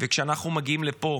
וכשאנחנו מגיעים לפה